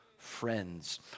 Friends